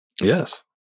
Yes